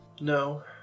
No